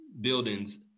buildings